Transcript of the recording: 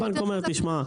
הבנק אומר תשמע,